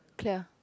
clear